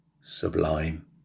sublime